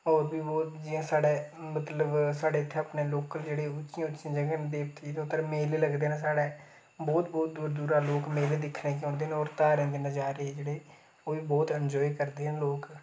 होर बी बहुत जि'यां साढै मतलब साढ़ै इत्थै अपने लोकल जेह्ड़े कि अच्छियां अच्छियां जगह् देवतें दियां ते उद्धर मेले लगदे न साढ़ै बहुत बहुत दूरा दूरा लोक मेले दिक्खनें गी औंदे न होर धारें दे नजारे जेह्ड़े बोह्त ओह् बी बोह्त अनजाय करदे न लोक